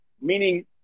meaning